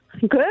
Good